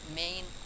main